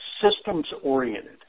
systems-oriented